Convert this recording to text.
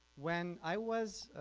when i was